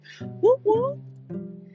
Woo-woo